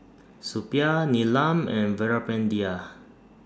Suppiah Neelam and Veerapandiya